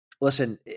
listen